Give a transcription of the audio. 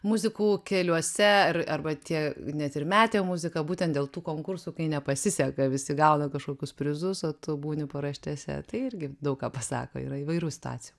muzikų keliuose ar arba tie net ir metė muziką būtent dėl tų konkursų kai nepasiseka visi gauna kažkokius prizus o tu būni paraštėse tai irgi daug ką pasako yra įvairių situacijų